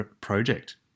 project